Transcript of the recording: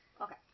Okay